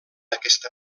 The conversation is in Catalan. aquesta